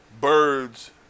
birds